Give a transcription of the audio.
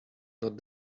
not